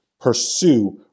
pursue